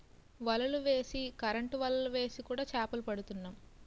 వలలు వేసి కరెంటు వలలు వేసి కూడా చేపలు పడుతున్నాం